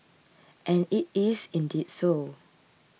and it is indeed so